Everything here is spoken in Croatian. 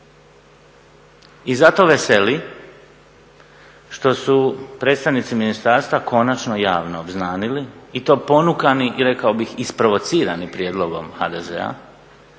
I zato veseli što su predstavnici ministarstva konačno javno obznanili i to ponukani i rekao bih isprovocirani prijedlogom HDZ-a